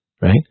right